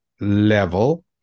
level